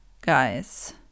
guys